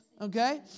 Okay